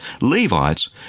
Levites